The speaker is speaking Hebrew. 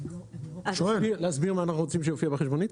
להסביר מה אנחנו רוצים שיופיע בחשבונית?